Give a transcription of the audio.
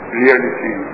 reality